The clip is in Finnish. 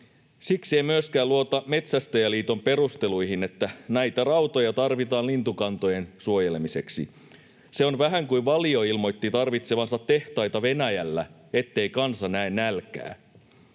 Siksi en myöskään luota Metsästäjäliiton perusteluihin, että näitä rautoja tarvitaan lintukantojen suojelemiseksi. Se on vähän kuin se, että Valio ilmoitti tarvitsevansa tehtaita Venäjällä, ettei kanssa näe nälkää.